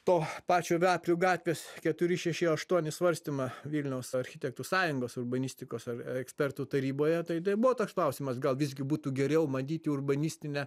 to pačio veprių gatvės keturi šeši aštuoni svarstymą vilniaus architektų sąjungos urbanistikos ekspertų taryboje tai tai buvo toks klausimas gal visgi būtų geriau matyti urbanistinę